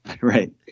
right